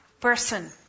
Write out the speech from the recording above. person